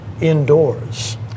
indoors